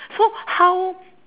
so how